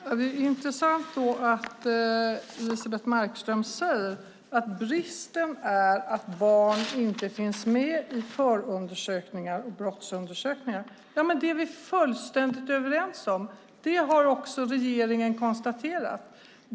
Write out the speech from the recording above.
Herr talman! Det är intressant att Elisebeht Markström säger att bristen är att barn inte finns med i förundersökningar och brottsundersökningar. Det är vi fullständigt överens om, och det har också regeringen konstaterat.